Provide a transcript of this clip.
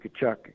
Kachuk